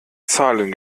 zahlen